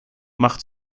mache